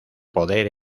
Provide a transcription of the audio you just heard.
poder